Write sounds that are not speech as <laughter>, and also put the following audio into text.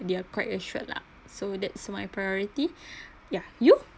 they are quite assured lah so that's my priority <breath> yeah you